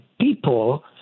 people